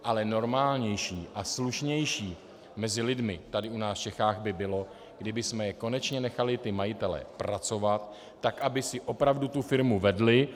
Ale normálnější a slušnější mezi lidmi tady u nás v Čechách by bylo, kdybychom konečně nechali majitele pracovat tak, aby si opravdu firmu vedli.